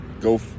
go